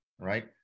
right